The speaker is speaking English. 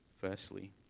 Firstly